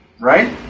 right